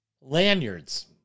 Lanyards